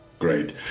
Great